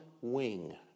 wing